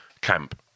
camp